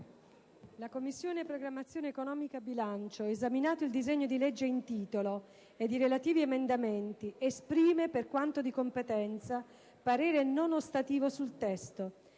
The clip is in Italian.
«La Commissione programmazione economica, bilancio, esaminato il disegno di legge in titolo ed i relativi emendamenti, esprime, per quanto di competenza, parere non ostativo sul testo.